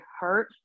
hurt